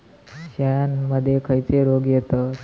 शेळ्यामध्ये खैचे रोग येतत?